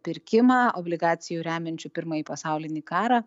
pirkimą obligacijų remiančių pirmąjį pasaulinį karą